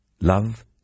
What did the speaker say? Love